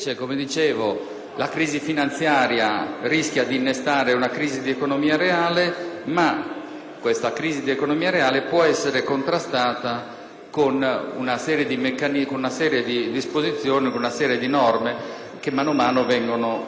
la crisi finanziaria rischia di innescare una crisi di economia reale, ma tale crisi di economia reale può essere contrastata con una serie di disposizioni e norme che man mano vengono adottate.